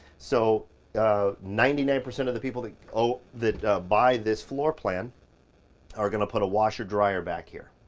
so ninety nine percent of the people that owe, that buy this floorplan are gonna put a washer-dryer back here.